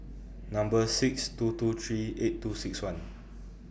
Number six two two three eight two six one